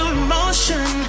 emotion